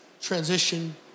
transition